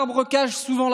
(אומר בצרפתית ומתרגם:)